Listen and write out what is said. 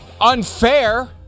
unfair